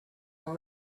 one